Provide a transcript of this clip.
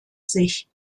sich